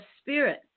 spirit